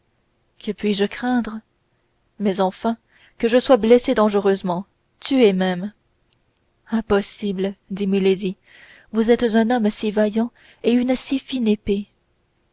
que puis-je craindre mais enfin que je sois blessé dangereusement tué même impossible dit milady vous êtes un homme si vaillant et une si fine épée